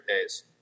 days